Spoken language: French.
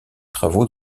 travaux